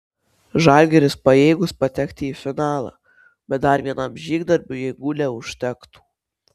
žalgiris pajėgus patekti į finalą bet dar vienam žygdarbiui jėgų neužtektų